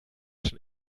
schon